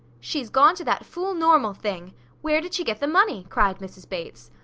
she's gone to that fool normal-thing! where did she get the money? cried mrs. bates.